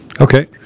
Okay